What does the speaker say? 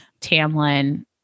Tamlin